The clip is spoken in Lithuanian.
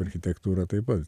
architektūra taip pat